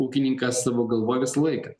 ūkininkas savo galvoj visą laiką